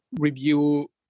Review